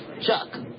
Chuck